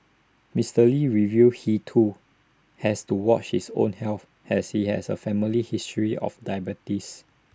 Mister lee revealed he too has to watch his own health as he has A family history of diabetes